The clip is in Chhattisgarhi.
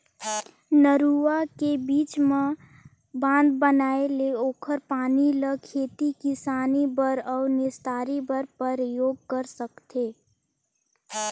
नरूवा के बीच मे बांध बनाये ले ओखर पानी ल खेती किसानी बर अउ निस्तारी बर परयोग कर सकथें